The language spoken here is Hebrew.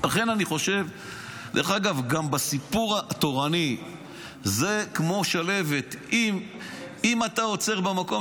גם בסיפור התורני זה כמו שלהבת: אם אתה עוצר במקום,